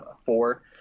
four